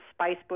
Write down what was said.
Spicebush